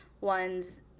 ones